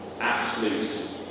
absolute